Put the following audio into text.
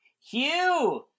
Hugh